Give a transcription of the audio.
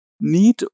need